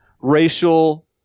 racial